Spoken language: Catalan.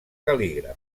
cal·lígraf